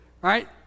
right